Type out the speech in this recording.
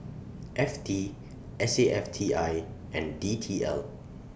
F T S A F T I and D T L